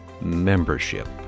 membership